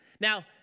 Now